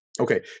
Okay